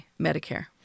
Medicare